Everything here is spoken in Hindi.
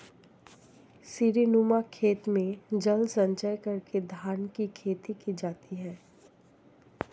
सीढ़ीनुमा खेत में जल संचय करके धान की खेती की जाती है